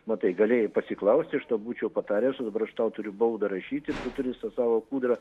matai galėjai pasiklausti aš tau būčiau pataręs o dabar aš tau turiu baudą rašyti tu turi su savo kūdrą